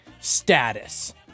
status